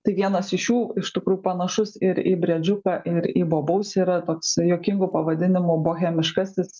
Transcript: tai vienas iš jų iš tikrųjų panašus ir į briedžiuką ir į bobausį yra toksai juokingu pavadinimu bohemiškasis